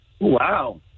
Wow